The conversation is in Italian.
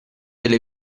delle